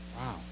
Wow